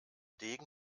degen